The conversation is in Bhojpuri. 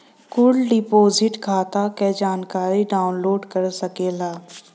कुल डिपोसिट खाता क जानकारी डाउनलोड कर सकेला